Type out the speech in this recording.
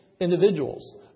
individuals